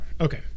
okay